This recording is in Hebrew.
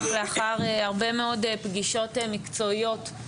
לאחר הרבה מאוד פגישות מקצועיות,